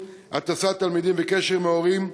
הטסת התלמידים וקשר עם ההורים,